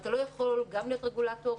ואתה לא יכול גם להיות רגולטור,